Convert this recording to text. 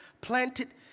planted